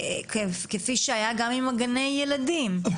כפי שהיה גם עם גני הילדים,